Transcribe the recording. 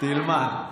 תלמד.